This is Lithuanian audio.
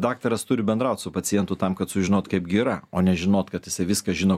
daktaras turi bendraut su pacientu tam kad sužinot kaipgi yra o ne žinot kad jisai viską žino